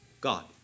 God